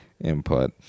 input